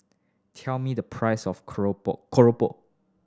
tell me the price of keropok